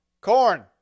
corn